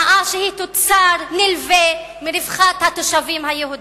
הנאה שהיא תוצר נלווה מרווחת התושבים היהודים.